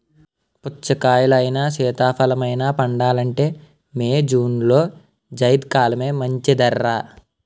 పుచ్చకాయలైనా, సీతాఫలమైనా పండాలంటే మే, జూన్లో జైద్ కాలమే మంచిదర్రా